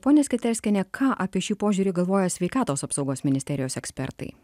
ponia sketerskiene ką apie šį požiūrį galvoja sveikatos apsaugos ministerijos ekspertai